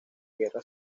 guerra